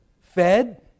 Fed